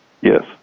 Yes